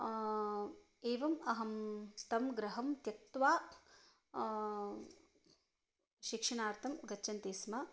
एवम् अहं तं गृहं त्यक्त्वा शिक्षणार्थं गच्छन्ति स्म